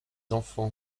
enfants